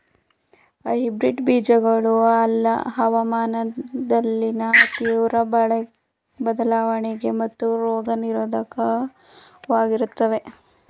hybrid ಬೀಜಗಳು ಹವಾಮಾನದಲ್ಲಿನ ತೀವ್ರ ಬದಲಾವಣೆಗಳಿಗೆ ಮತ್ತು ರೋಗ ನಿರೋಧಕವಾಗಿರುತ್ತವೆ